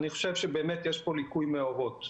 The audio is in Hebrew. יש פה ליקוי מאורות.